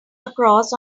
across